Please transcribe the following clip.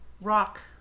rock